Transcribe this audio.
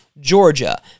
Georgia